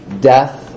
death